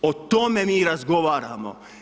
O tome mi razgovaramo.